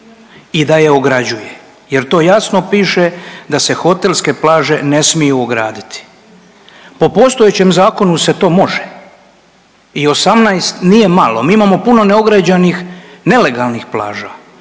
i da je ograđuje jer to jasno piše da se hotelske plaže ne smiju ograditi. Po postojećem zakonu se to može i 18 nije malo. Mi imamo puno neograđenih nelegalnih plaža,